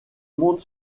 monde